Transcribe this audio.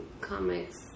Comics